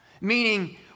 meaning